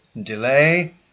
delay